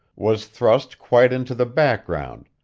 was thrust quite into the background,